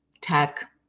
tech